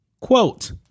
Quote